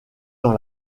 dans